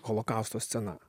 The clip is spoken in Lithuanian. holokausto scena